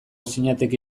zinateke